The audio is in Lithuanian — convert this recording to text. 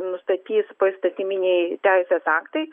nustatys poįstatyminiai teisės aktai